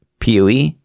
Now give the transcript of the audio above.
POE